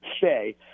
say